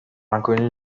inconnu